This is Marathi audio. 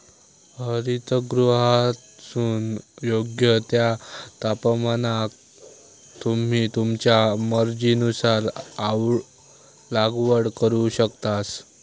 हरितगृहातसून योग्य त्या तापमानाक तुम्ही तुमच्या मर्जीनुसार लागवड करू शकतास